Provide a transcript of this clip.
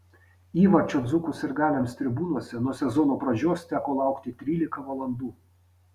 įvarčio dzūkų sirgaliams tribūnose nuo sezono pradžios teko laukti trylika valandų